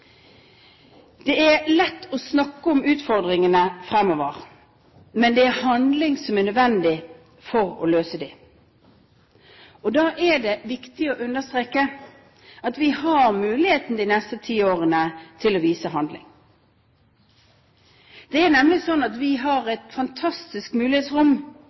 Det er lett å snakke om utfordringene fremover, men det er handling som er nødvendig for å løse dem. Da er det viktig å understreke at vi har muligheten til å vise handling de neste ti årene. Det er nemlig sånn at vi har et fantastisk mulighetsrom